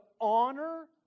honor